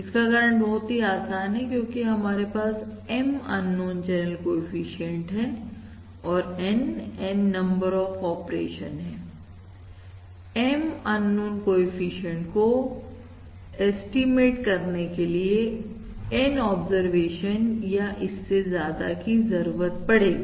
इसका कारण बहुत ही आसान है क्योंकि हमारे पास M अननोन चैनल कोएफिशिएंट है और N N number of operation है M अननोन कोएफिशिएंट को एस्टीमेट करने के लिए N ऑब्जरवेशन या इससे ज्यादा की जरूरत पड़ेगी